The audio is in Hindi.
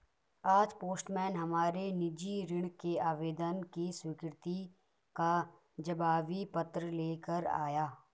आज पोस्टमैन हमारे निजी ऋण के आवेदन की स्वीकृति का जवाबी पत्र ले कर आया